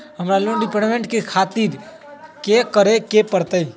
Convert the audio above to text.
हमरा loan repayment कोन तारीख के करे के परतई?